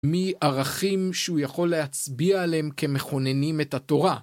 מערכים שהוא יכול להצביע עליהם כמכוננים את התורה.